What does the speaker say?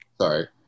Sorry